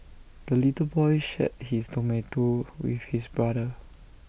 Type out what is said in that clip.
the little boy shared his tomato with his brother